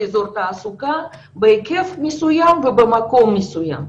תעסוקה בהיקף מסוים ובמקום מסוים.